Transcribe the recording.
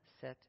set